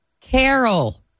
Carol